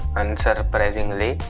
unsurprisingly